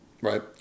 right